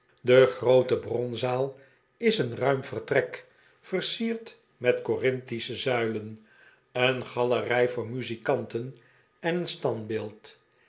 de groote bronzaal is een ruim vertrek versierd met corinthische zuilen een galerij voor muzikanten en een standbeeld